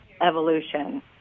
evolution